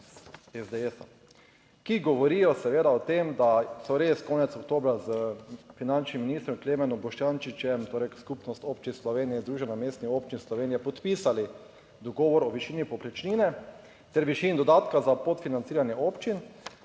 ki govorijo seveda o tem, da so res konec oktobra s finančnim ministrom Klemenom Boštjančičem, torej Skupnost občin Slovenije in Združenje mestnih občin Slovenije, podpisali dogovor o višini povprečnine ter višini dodatka za podfinanciranje občin.